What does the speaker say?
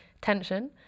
tension